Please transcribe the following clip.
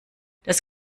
das